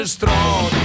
Strong